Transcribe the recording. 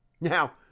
Now